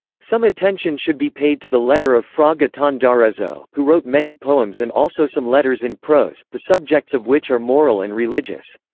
some attention should be paid to the lettere of fra guittone d'arezzo, who wrote many poems and also some letters in prose, the subjects of which are moral and religious.